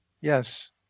Yes